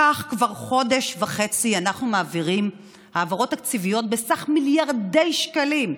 כך כבר חודש וחצי אנחנו מעבירים העברות תקציביות בסך מיליארדי שקלים,